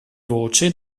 voce